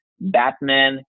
Batman